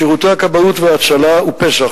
שירותי הכבאות וההצלה ופס"ח,